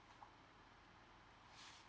oh